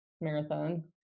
Marathon